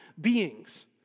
beings